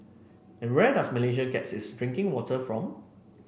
and where does Malaysia get its drinking water from